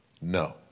No